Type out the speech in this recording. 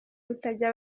utajya